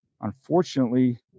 unfortunately